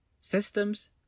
systems